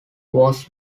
was